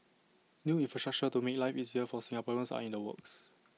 new infrastructure to make life easier for Singaporeans are in the works